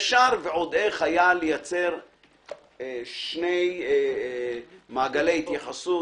אפשר ועוד איך היה לייצר שני מעגלי התייחסות.